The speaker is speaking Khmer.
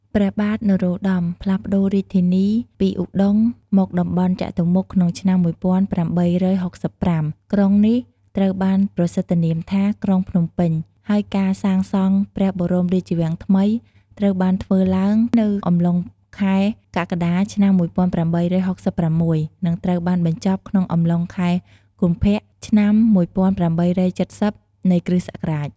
ព្រះបាទ នរោត្តម ផ្លាស់ប្ដូររាជធានី ពីឧដុង្គ មកតំបន់ចតុមុខ ក្នុងឆ្នាំ ១៨៦៥ ក្រុងនេះត្រូវបានប្រសិទ្ធនាមថា ក្រុងភ្នំពេញ ហើយការសាងសង់ព្រះបរមរាជវាំងថ្មី ត្រូវបានធ្វើឡើងនៅអំឡុងខែ កក្កដា ឆ្នាំ ១៨៦៦ និង ត្រូវបានបញ្ចប់ក្នុងអំឡុង ខែកុម្ភៈ ឆ្នាំ ១៨៧០ នៃគ.សករាជ ។